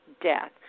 death